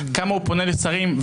כמה הוא פונה לשרים.